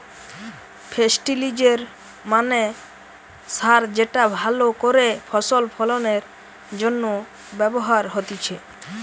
ফেস্টিলিজের মানে সার যেটা ভালো করে ফসল ফলনের জন্য ব্যবহার হতিছে